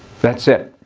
that's it.